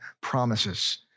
promises